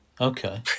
Okay